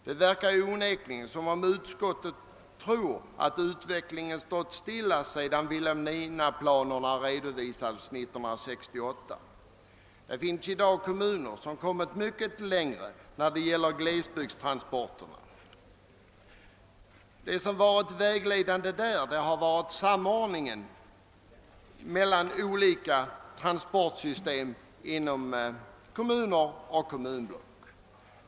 Det verkar ju onekligen som om utskottet tror att utvecklingen stått stilla sedan Vilhelminaplanerna redovisades 1968. Det finns i dag kommuner som kommit mycket längre när det gäller glesbygdstransporterna. Det vägledande har där varit samordningen mellan olika transportsystem inom kommuner och kommunblock.